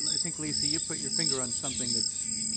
i think, lisa, you put your finger on something that's